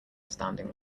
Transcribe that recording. standing